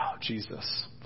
Jesus